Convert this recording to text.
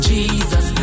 Jesus